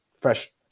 fresh